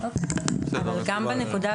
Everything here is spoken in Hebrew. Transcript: לצורך העניין